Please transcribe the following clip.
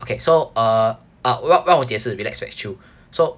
okay so err ah 让让我解释 relax relax chill so